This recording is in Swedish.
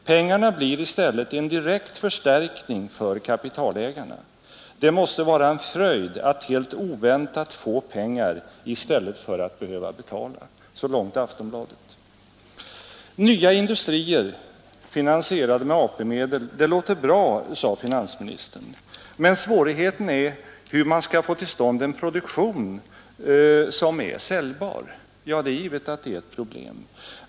Pengarna blir i stället en direkt förstärkning för kapitalägarna. Det måste vara en fröjd att helt oväntat få pengar i stället för att behöva betala.” — Så långt Aftonbladet. Nya industrier, finansierade med AP-medel — det låter bra, sade I få till stånd en produktion som är säljbar. Ja, det är givet att det är ett problem.